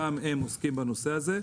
גם הם עוסקים בנושא הזה.